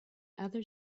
other